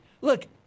look